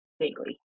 vaguely